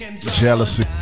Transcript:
Jealousy